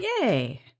Yay